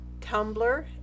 Tumblr